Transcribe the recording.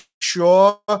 sure